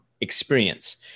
experience